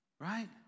Right